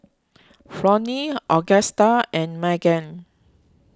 Flonnie Augusta and Maegan